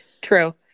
True